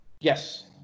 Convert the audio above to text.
Yes